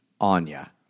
anya